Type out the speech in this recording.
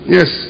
Yes